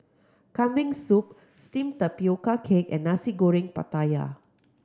Kambing Soup steamed tapioca cake and Nasi Goreng Pattaya